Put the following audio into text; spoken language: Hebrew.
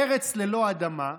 ארץ ללא אדמה,